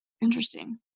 interesting